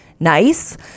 Nice